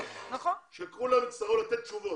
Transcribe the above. כולם יצטרכו לתת תשובות.